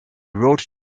wrote